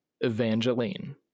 Evangeline